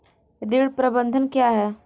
ऋण प्रबंधन क्या है?